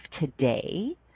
today